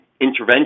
intervention